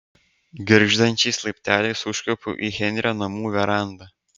girgždančiais laipteliais užkopiau į henrio namų verandą